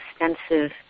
extensive